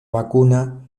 vacuna